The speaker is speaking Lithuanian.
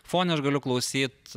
fone aš galiu klausyt